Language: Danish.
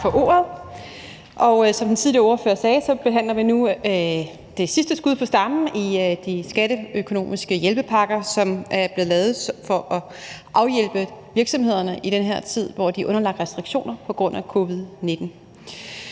Tak for ordet. Som den tidligere ordfører sagde, behandler vi nu det sidste skud på stammen i de skatteøkonomiske hjælpepakker, som er blevet lavet for at afhjælpe virksomhederne i den her tid, hvor de er underlagt restriktioner på grund af covid-19.